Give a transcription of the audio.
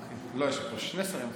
יש פה שני שרים אפילו.